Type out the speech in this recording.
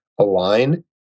align